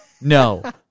No